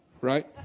right